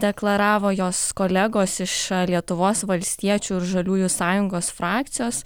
deklaravo jos kolegos iš lietuvos valstiečių ir žaliųjų sąjungos frakcijos